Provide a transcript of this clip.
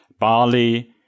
barley